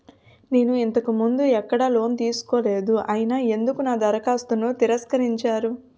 నేను ఇంతకు ముందు ఎక్కడ లోన్ తీసుకోలేదు అయినా ఎందుకు నా దరఖాస్తును తిరస్కరించారు?